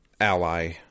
ally